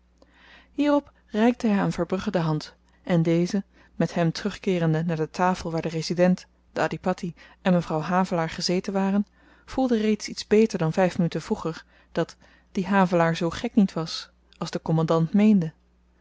hierop reikte hy aan verbrugge de hand en deze met hem terugkeerende naar de tafel waar de resident de adhipatti en mevrouw havelaar gezeten waren voelde reeds iets beter dan vyf minuten vroeger dat die havelaar zoo gek niet was als de kommandant meende